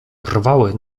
rwały